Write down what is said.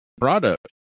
product